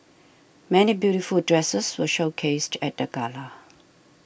many beautiful dresses were showcased at the gala